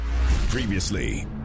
Previously